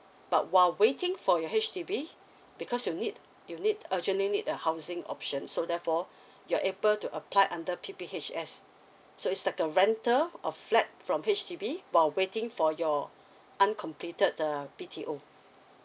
but while waiting for your H_D_B because you need you need urgently need a housing option so therefore you're able to apply under P_P_H_S so it's like a rental of flat from H_D_B while waiting for your uncompleted uh B_T_O